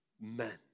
men